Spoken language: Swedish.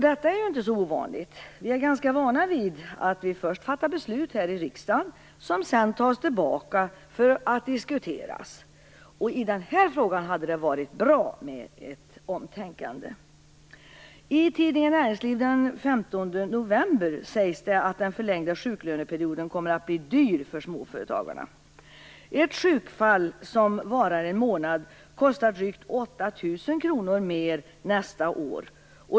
Detta är inget ovanligt - vi är ganska vana vid att riksdagen först fattar beslut som sedan tas tillbaka för att diskuteras! I denna fråga hade det varit bra med ett omtänkande. I tidningen Näringsliv den 15 november sägs det att den förlängda sjuklöneperioden kommer att bli dyr för småföretagarna. Ett sjukfall som varar en månad kostar drygt 8 000 kr mer nästa år.